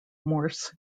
morse